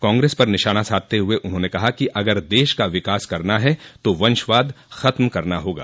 कांग्रेस पर निशाना साधते हुए उन्होंने कहा कि अगर देश का विकास करना है तो वंशवाद खत्म करना होगा